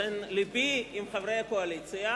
לכן לבי עם חברי הקואליציה,